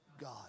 God